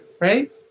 right